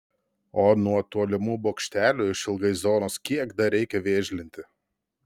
o nuo tolimų bokštelių išilgai zonos kiek dar reikia vėžlinti